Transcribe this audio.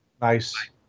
Nice